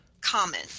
common